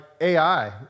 AI